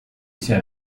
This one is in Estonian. ise